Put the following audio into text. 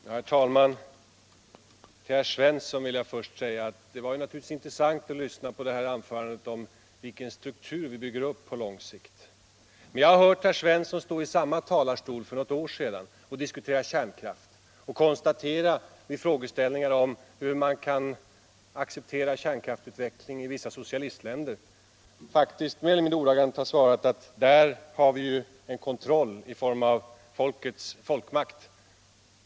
Herr talman! Till herr Svensson i Malmö vill jag först säga att det var intressant att lyssna på det här anförandet om vilken struktur vi bygger upp på lång sikt. Vi har hört herr Svensson stå i samma talarstol för något år sedan och diskutera kärnkraft och då besvara frågeställningarna om hur man kan acceptera kärnkraftsutvecklingen i vissa socialistländer. Mer eller mindre ordagrant har han svarat att där har man ju en kontroll i form av folkets makt.